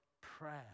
prayer